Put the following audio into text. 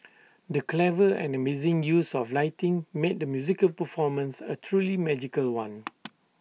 the clever and amazing use of lighting made the musical performance A truly magical one